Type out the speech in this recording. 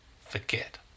forget